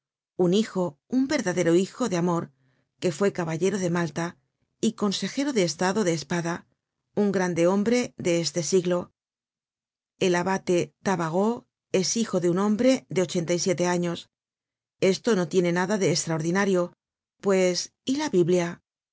un hijo un verdadero hijo de amor que fue caballero de malta y consejero de estado de espada un grande hombre de este siglo el abate tabaraud es hijo de un hombre de ochenta y siete años esto no tiene nada de estraordinario pues y la biblia